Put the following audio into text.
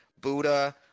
Buddha